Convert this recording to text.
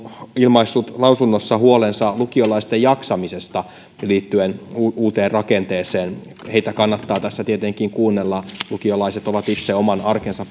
ilmaissut lausunnossa huolensa lukiolaisten jaksamisesta liittyen uuteen rakenteeseen heitä kannattaa tässä tietenkin kuunnella lukiolaiset ovat itse oman arkensa